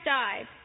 died